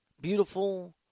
beautiful